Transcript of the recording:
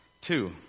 two